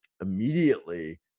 immediately